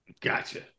Gotcha